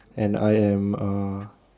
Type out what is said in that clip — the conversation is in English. and I am uh